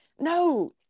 No